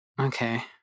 Okay